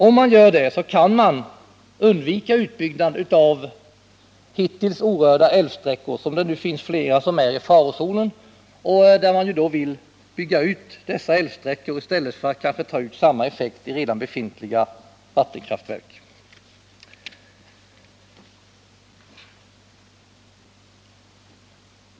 Om man gör det kan man undvika utbyggnad av hittills orörda älvsträckor; det finns flera som nu är i farozonen och som man vill bygga ut i stället för att kanske ta ut samma effekt genom att effektivisera redan befintliga vattenkraftverk.